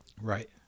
right